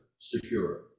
secure